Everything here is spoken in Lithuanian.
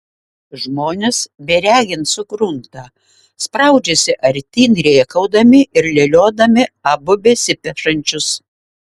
žmonės beregint sukrunta spraudžiasi artyn rėkaudami ir leliodami abu besipešančius